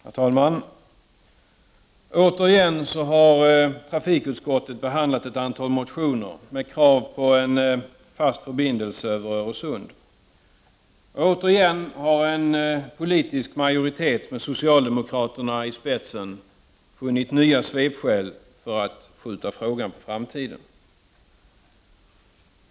Herr talman! Återigen har trafikutskottet behandlat ett antal motioner med krav på en fast förbindelse över Öresund, och återigen har en politisk majoritet, med socialdemokraterna i spetsen, funnit nya svepskäl för att skjuta frågan på framtiden.